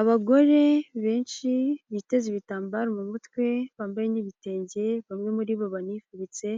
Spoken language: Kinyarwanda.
Abagore benshi biteze ibitambaro mu mutwe, bambaye n'ibitenge, bamwe muri bo banifubitse,